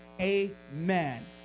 amen